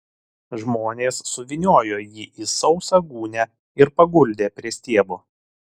žmonės suvyniojo jį į sausą gūnią ir paguldė prie stiebo